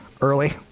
early